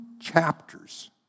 chapters